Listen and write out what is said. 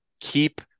keep